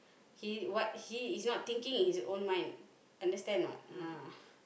he what he is not thinking with his own mind understand or not ah